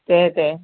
दे दे